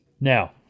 Now